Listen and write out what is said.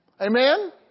Amen